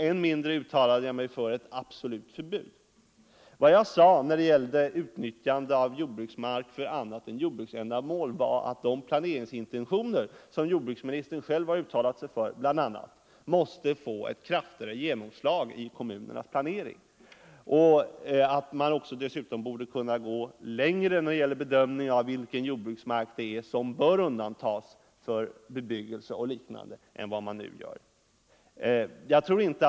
Än mindre uttalade jag mig för ett absolut förbud. Vad jag sade när det gällde utnyttjande av jordbruksmark för annat än jordbruksändamål var att de planeringsintentioner som jordbruksministern själv har uttalat sig för måste få ett kraftigare genomslag i kommunernas planering. Man borde dessutom kunna gå längre än man nu gör när det gäller bestämningen av vilken jordbruksmark som är lämplig att undantas för bebyggelse och liknande.